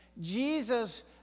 Jesus